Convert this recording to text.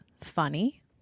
funny